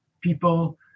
people